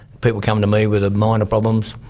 people come to me with minor problems,